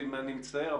אני מצטער,